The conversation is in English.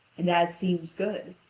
and as seems good,